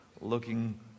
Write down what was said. looking